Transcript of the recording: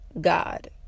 god